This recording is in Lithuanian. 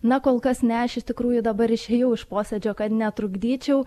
na kol kas ne aš iš tikrųjų dabar išėjau iš posėdžio kad netrukdyčiau